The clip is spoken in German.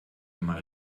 immer